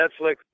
Netflix